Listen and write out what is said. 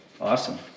Awesome